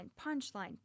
punchline